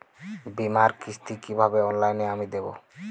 বীমার কিস্তি কিভাবে অনলাইনে আমি দেবো?